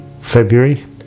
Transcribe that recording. February